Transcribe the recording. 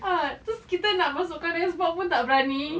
ah terus kita nak masuk kan ice box pun tak berani